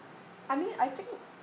I mean I think